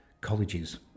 colleges